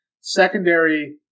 secondary